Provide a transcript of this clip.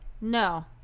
No